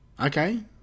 Okay